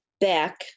back